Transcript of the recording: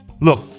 Look